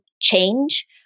change